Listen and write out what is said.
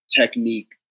technique